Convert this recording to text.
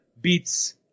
beats –